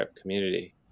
community